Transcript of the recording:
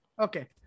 Okay